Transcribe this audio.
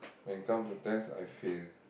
when it comes to test I fail